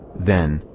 then,